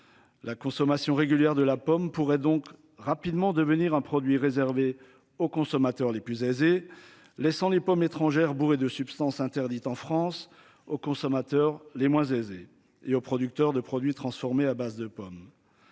La consommation régulière de la pomme pourrait donc rapidement devenir un produit réservé aux consommateurs les plus aisés, laissant les pommes étrangères bourrés de substances interdites en France aux consommateurs les moins aisés et aux producteurs de produits transformés à base de pommes.